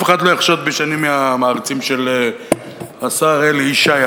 אף אחד לא יחשוד בי שאני מהמעריצים של השר אלי ישי,